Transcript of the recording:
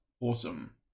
awesome